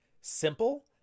simple